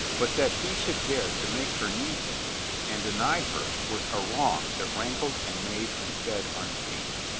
but that he should dare to make her need him and deny her was a wrong that rankled and made and fed on paiil.